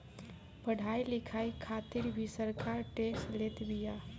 पढ़ाई लिखाई खातिर भी सरकार टेक्स लेत बिया